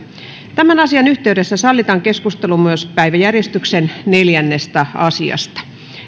tämän asian yhteydessä sallitaan keskustelu myös päiväjärjestyksen neljännestä asiasta